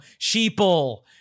sheeple